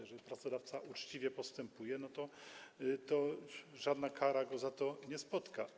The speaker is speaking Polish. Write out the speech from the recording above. Jeżeli pracodawca uczciwie postępuje, to żadna kara go za to nie spotka.